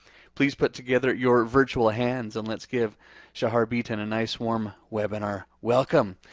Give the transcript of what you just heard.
please put together your virtual hands and lets give shahar bitton a nice warm webinar welcome.